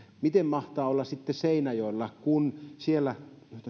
miten mahtaa sitten olla seinäjoella kun siellä